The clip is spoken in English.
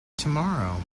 tomorrow